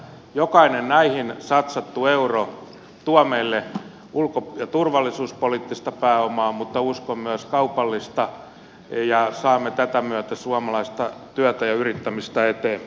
jokainen näihin satsattu euro tuo meille ulko ja turvallisuuspoliittista pääomaa mutta uskon myös kaupallista ja saamme tätä myöten suomalaista työtä ja yrittämistä eteenpäin